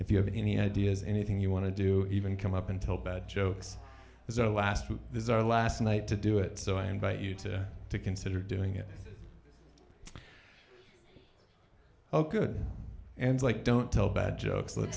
if you have any ideas anything you want to do even come up until bad jokes is our last word this is our last night to do it so i invite you to consider doing it ok good and like don't tell bad jokes